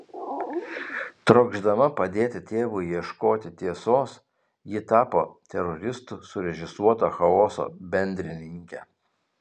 trokšdama padėti tėvui ieškoti tiesos ji tapo teroristų surežisuoto chaoso bendrininke